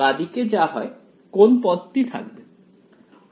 বাঁ দিকে যা হয় কোন পদটি থাকবে